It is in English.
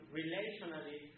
relationally